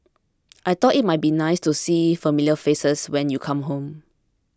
I thought it might be nice to see familiar faces when you come home